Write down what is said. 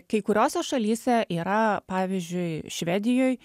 kai kuriose šalyse yra pavyzdžiui švedijoj